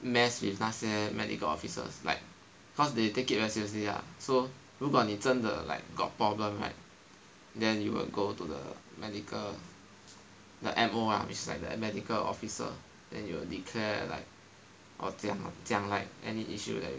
mess with 那些 medical officers like cause they take it very seriously lah so 如果你真的 like got problem right then you will go to the medical the M_O lah beside the medical officer then you will declare like oh 讲 like 讲 any issue that you have